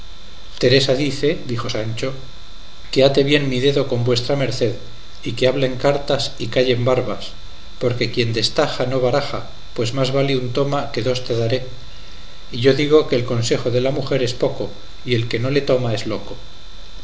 teresa teresa dice dijo sancho que ate bien mi dedo con vuestra merced y que hablen cartas y callen barbas porque quien destaja no baraja pues más vale un toma que dos te daré y yo digo que el consejo de la mujer es poco y el que no le toma es loco